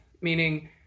Meaning